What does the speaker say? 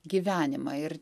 gyvenimą ir